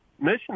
mission